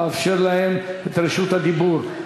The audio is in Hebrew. אאפשר להם את רשות הדיבור,